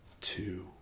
two